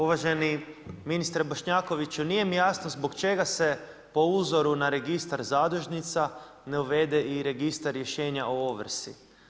Uvaženi ministre Bošnjakoviću, nije mi jasno zbog čega se po uzoru na registar zadužnica ne uvede i registar rješenja o ovrsi.